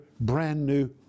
brand-new